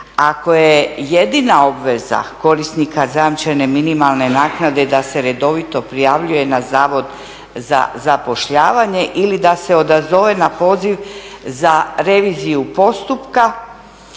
Ako je jedina obveza korisnika zajamčene minimalne naknade da se redovito prijavljuje na Zavod za zapošljavanje ili da se odazove na poziv za reviziju postupka,